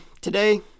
today